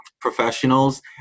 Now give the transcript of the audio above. professionals